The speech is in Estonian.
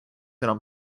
enam